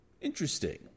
Interesting